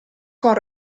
con